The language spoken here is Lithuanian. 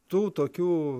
tų tokių